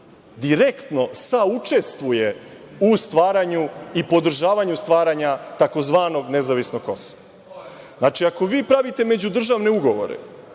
direktno saučestvuje u stvaranju i podržavanju stvaranja tzv. nezavisnog Kosova. Znači, ako vi pravite međudržavne ugovore,